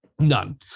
None